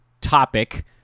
topic